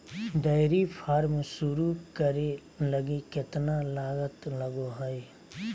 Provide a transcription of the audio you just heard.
dairy farm शुरू करे लगी केतना लागत लगो हइ